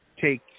take